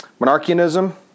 monarchianism